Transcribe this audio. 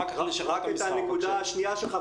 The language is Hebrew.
מה הייתה השנייה?